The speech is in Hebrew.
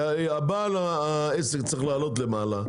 בעל העסק צריך לעלות למעלה,